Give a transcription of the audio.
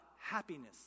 happiness